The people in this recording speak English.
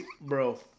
Bro